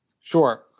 Sure